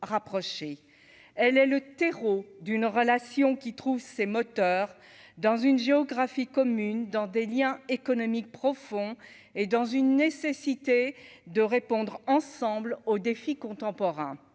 elle est le terreau d'une relation qui trouve ses moteurs dans une géographie commune dans des Liens économiques profonds et dans une nécessité de répondre ensemble aux défis contemporains,